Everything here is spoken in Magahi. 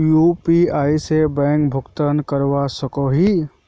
यु.पी.आई से बैंक भुगतान करवा सकोहो ही?